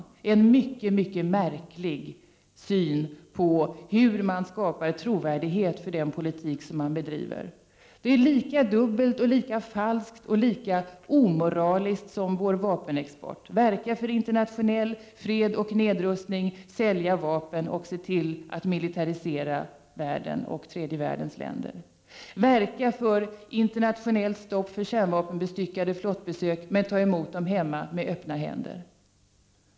Detta är en mycket märklig syn på hur man skapar trovärdighet för den 31 politik som Sverige bedriver. Det är lika dubbelt, och lika falskt och omoraliskt, som vår vapenexport — verka för internationell fred och nedrustning, sälja vapen och se till att militarisera tredje världens länder och världen i övrigt. Sverige verkar för ett internationellt stopp för besök av kärnvapenbestyckade flottor, men man tar emot dem hemma med öppna armar.